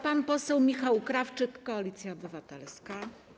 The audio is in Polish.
Pan poseł Michał Krawczyk, Koalicja Obywatelska.